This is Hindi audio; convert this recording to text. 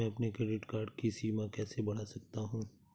मैं अपने क्रेडिट कार्ड की सीमा कैसे बढ़ा सकता हूँ?